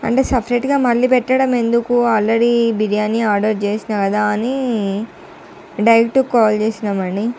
అంటే సపరేట్గా మళ్ళీ పెట్టడం ఎందుకు ఆల్రెడీ బిర్యానీ ఆర్డర్ చేసిన కదా అని డైరెక్ట్గా కాల్ చేసినాం అండి